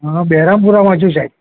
હું બહેરામપુરામાં છું સાહેબ